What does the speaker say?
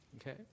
okay